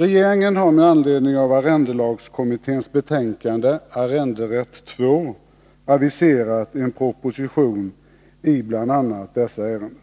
Regeringen har med anledning av arrendelagskommitténs betänkande Arrenderätt 2 aviserat en proposition i bl.a. dessa ärenden.